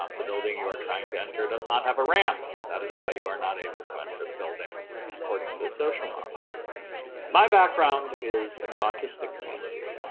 um the building you're trying to enter does not have a ramp that is why you are not able to enter the building according to the social model my background is in the autistic community.